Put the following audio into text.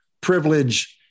privilege